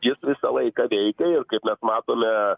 jis visą laiką veikia ir kaip mes matome